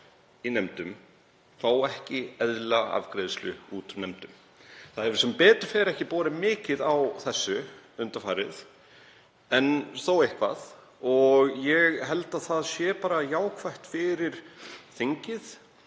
í nefndum fær ekki eðlilega afgreiðslu út úr þeim. Það hefur sem betur fer ekki borið mikið á þessu undanfarið en þó eitthvað. Ég held að það væri bara jákvætt fyrir þingið